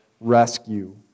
rescue